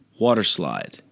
waterslide